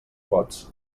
pots